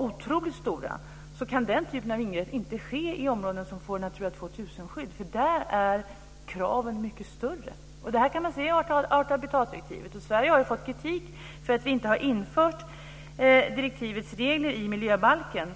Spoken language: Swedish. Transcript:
otroligt stora. Den typen av ingrepp kan inte ske i områden som får Natura 2000-skydd. Där är kraven mycket större. Det kan man se i art och habitatdirektivet. Sverige har fått kritik för att vi inte har infört direktivets regler i miljöbalken.